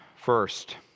First